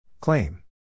Claim